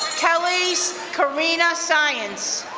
kelly corrina science,